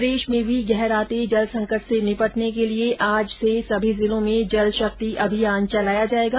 प्रदेश में भी गहराते जल संकट से निपटने के लिए आज से सभी जिलो में जल शक्ति अभियान चलाया जायेगा